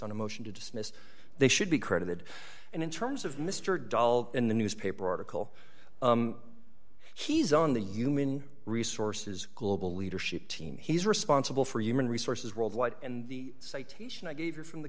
a motion to dismiss they should be credited and in terms of mr dahl in the newspaper article he's on the human resources global leadership team he's responsible for human resources worldwide and the citation i gave you from the